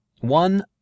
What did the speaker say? One